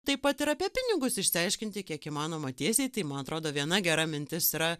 taip pat ir apie pinigus išsiaiškinti kiek įmanoma tiesiai tai man atrodo viena gera mintis yra